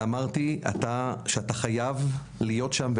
אמרתי שאתה חייב להיות שם,